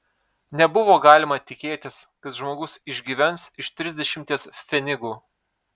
nebuvo galima tikėtis kad žmogus išgyvens iš trisdešimties pfenigų